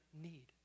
need